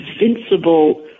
Invincible